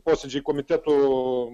posėdžiai komitetų